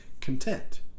content